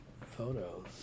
photos